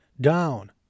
down